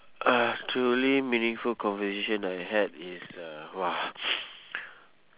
a truly meaningful conversation I had is uh !wah!